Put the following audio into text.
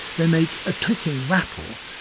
they make a clicking rattle,